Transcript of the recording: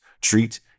treat